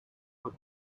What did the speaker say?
are